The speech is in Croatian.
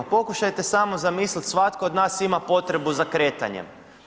Pokušajte samo zamisliti, svatko od nas ima potrebu za kretanjem.